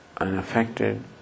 Unaffected